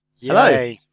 Hello